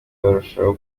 barushaho